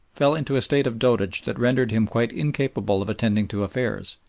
fell into a state of dotage that rendered him quite incapable of attending to affairs,